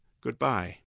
Goodbye